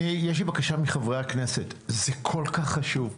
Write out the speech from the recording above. יש לי בקשה מחברי הכנסת, זה נושא כל כך חשוב.